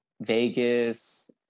Vegas